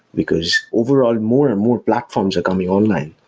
because overall, more and more platforms are coming online.